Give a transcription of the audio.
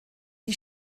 die